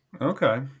Okay